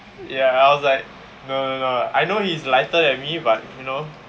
ya I was like no no no I know he's lighter than me but you know